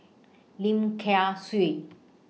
Lim Kay Siu